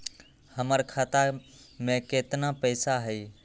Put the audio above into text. हमर खाता में केतना पैसा हई?